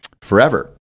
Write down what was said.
forever